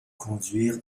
conduire